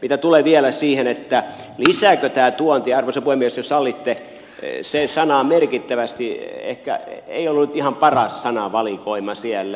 mitä tulee vielä siihen lisääkö tämä tuontia arvoisa puhemies jos sallitte se sana merkittävästi ehkä ei ollut ihan paras sanavalikoima siellä